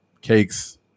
cakes